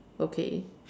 okay